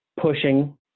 pushing